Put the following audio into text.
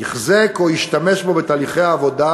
תחזק או השתמש בו בתהליכי עבודה,